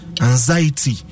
anxiety